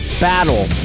battle